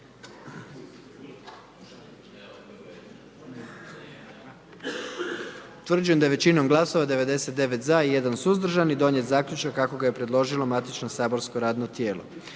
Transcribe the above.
Utvrđujem da je većinom glasova 78 za i 1 suzdržan i 20 protiv donijet zaključak kako ga je predložilo matično saborsko radno tijelo.